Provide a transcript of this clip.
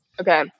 Okay